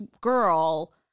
girl